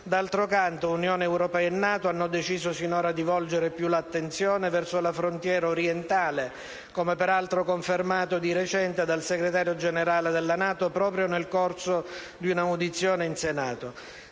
D'altra canto, Unione europea e NATO hanno deciso, sinora, di volgere più l'attenzione verso la frontiera orientale dell'Europa, come peraltro confermato di recente dal Segretario Generale della NATO proprio nel corso di un'audizione in Senato.